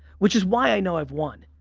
which is why i know i've won.